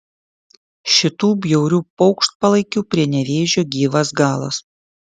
šitų bjaurių paukštpalaikių prie nevėžio gyvas galas